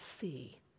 see